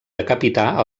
decapitar